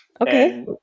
Okay